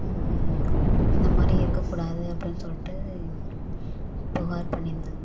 இந்தமாதிரி இருக்கக்கூடாது அப்படின் சொல்லிட்டு புகார் பண்ணியிருந்தேன்